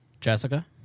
Jessica